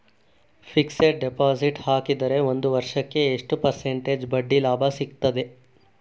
Fixed deposit ಹಾಕಿದರೆ ಒಂದು ವರ್ಷಕ್ಕೆ ಎಷ್ಟು ಪರ್ಸೆಂಟೇಜ್ ಬಡ್ಡಿ ಲಾಭ ಸಿಕ್ತದೆ?